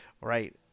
right